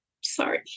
sorry